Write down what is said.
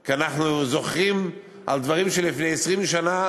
כי אנחנו זוכרים דברים, לפני 20 שנה